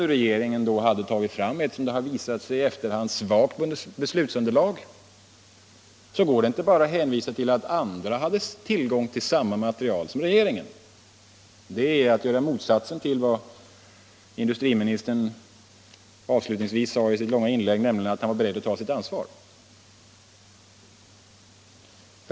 Om regeringen då har tagit fram ett, som det har visat sig i efterhand, svagt beslutsunderlag, går det således inte bara att hänvisa till att även andra hade tillgång till samma material som regeringen. Det är att göra motsatsen till vad industriministern avslutningsvis sade i sitt långa inlägg, nämligen att han var beredd att ta sitt ansvar.